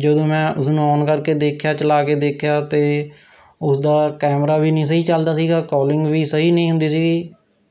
ਜਦੋਂ ਮੈਂ ਉਸਨੂੰ ਔਨ ਕਰਕੇ ਦੇਖਿਆ ਚਲਾ ਕੇ ਦੇਖਿਆ ਤਾਂ ਉਸਦਾ ਕੈਮਰਾ ਵੀ ਨਹੀਂ ਸਹੀ ਚੱਲਦਾ ਸੀਗਾ ਕੌਲਿੰਗ ਵੀ ਸਹੀ ਨਹੀਂ ਹੁੰਦੀ ਸੀਗੀ